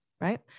right